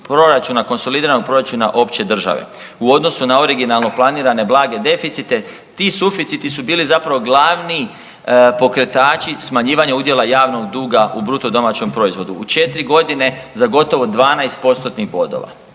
konsolidiranog proračuna opće države. U odnosu na originalno planirane blage deficite ti suficiti su bili zapravo glavni pokretači smanjivanja udjela javnog duga u BDP-u. U 4 godine za gotovo 12 postotnih